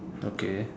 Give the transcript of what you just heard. okay